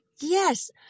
yes